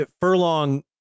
furlong